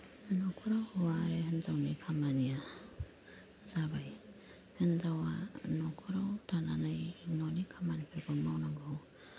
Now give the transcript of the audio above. न'खराव हौवा आरो हिनजावनि खामानिया जाबाय हिनजावा न'खराव थानानै न'नि खामानिफोरखौ मावनांगौ